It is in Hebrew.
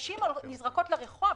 נשים נזרקות לרחוב,